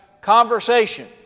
conversation